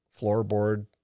floorboard